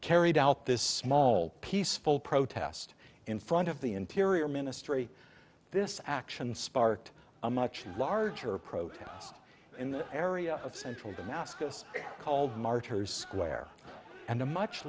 carried out this small peaceful protest in front of the interior ministry this action sparked a much larger protest in the area of central damascus called martyrs square and a much